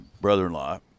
brother-in-law